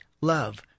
love